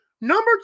Number